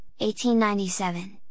1897